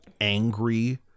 angry